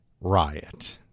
riot